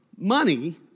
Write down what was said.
Money